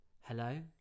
Hello